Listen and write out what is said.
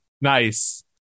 Nice